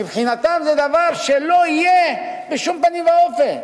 מבחינתם זה דבר שלא יהיה בשום פנים ואופן.